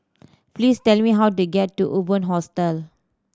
please tell me how to get to Urban Hostel